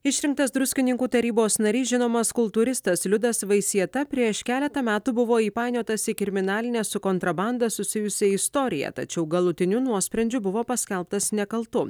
išrinktas druskininkų tarybos narys žinomas kultūristas liudas vaisieta prieš keletą metų buvo įpainiotas į kriminalinę su kontrabanda susijusią istoriją tačiau galutiniu nuosprendžiu buvo paskelbtas nekaltu